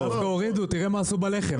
דווקא הורידו, תראה מה עשו בלחם.